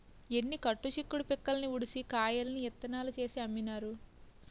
ఎన్ని కట్టు చిక్కుడు పిక్కల్ని ఉడిసి కాయల్ని ఇత్తనాలు చేసి అమ్మినారు